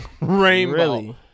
Rainbow